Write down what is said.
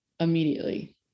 immediately